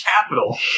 Capital